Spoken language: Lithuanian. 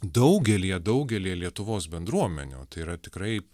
daugelyje daugelyje lietuvos bendruomenių tai yra tikrai